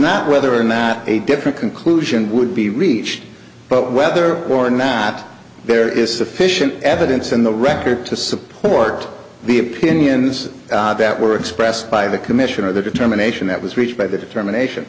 not whether or not a different conclusion would be reached but whether or not there is sufficient evidence in the record to support the opinions were expressed by the commission or the determination that was reached by the determination